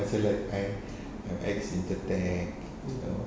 I say like I'm I'm ex you know